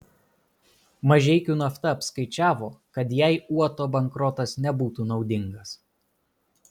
mažeikių nafta apskaičiavo kad jai uoto bankrotas nebūtų naudingas